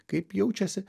kaip jaučiasi